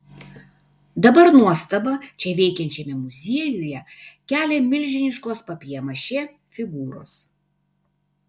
dabar nuostabą čia veikiančiame muziejuje kelia milžiniškos papjė mašė figūros